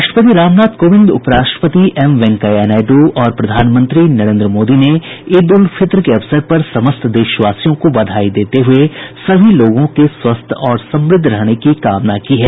राष्ट्रपति रामनाथ कोविंद उप राष्ट्रपति एम वेंकैया नायडू और प्रधानमंत्री नरेंद्र मोदी ने ईद उल फित्र के अवसर पर समस्त देशवासियों को बधाई देते हुए सभी लोगों के स्वस्थ और समृद्ध रहने की कामना की है